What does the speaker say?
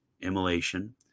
immolation